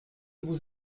vous